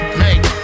make